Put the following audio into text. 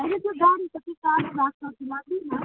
होइन त्यो गाडी टाढो राख्छ कि माथिमा